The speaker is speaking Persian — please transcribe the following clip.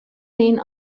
این